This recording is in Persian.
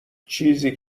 چیزی